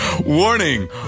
Warning